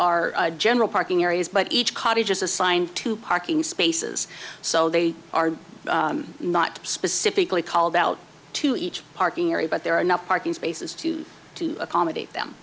are general parking areas but each cottage is assigned to parking spaces so they are not specifically called out to each parking area but there are enough parking spaces to to accommodate them